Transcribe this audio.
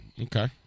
Okay